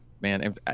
man